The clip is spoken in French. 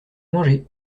manger